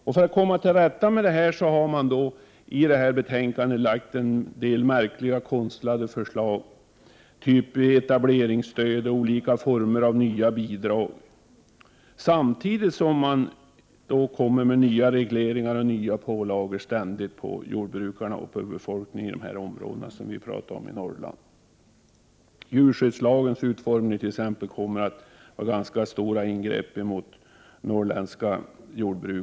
För att komma till rätta med den här situationen har man i föreliggande betänkande lagt fram en del märkliga, konstlade förslag, såsom etableringsstöd och olika former av nya bidrag — samtidigt som man ständigt kommer med nya regleringar och nya pålagor för jordbrukarna och befolkningen i de områden i Norrland som vi nu talar om. Djurskyddslagens utformning kommer t.ex. att medföra ganska stora ingrepp för norrländska jordbrukare.